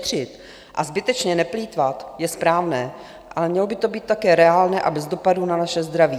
Šetřit a zbytečně neplýtvat je správné, ale mělo by to být také reálné a bez dopadů na naše zdraví.